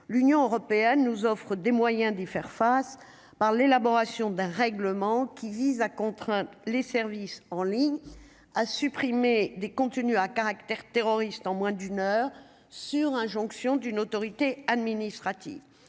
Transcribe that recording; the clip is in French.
l'Union européenne nous offrent des moyens d'y faire face, par l'élaboration d'un règlement qui vise à contraindre les services en ligne, à supprimer des contenus à caractère terroriste en moins d'une heure sur injonction d'une autorité administrative,